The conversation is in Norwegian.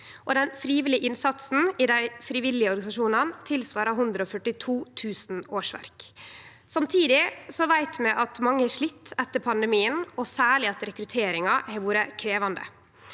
den frivillige innsatsen i dei frivillige organisasjonane svarar til 142 000 årsverk. Samtidig veit vi at mange har slite etter pandemien, og særleg at rekrutteringa har vore krevjande.